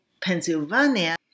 Pennsylvania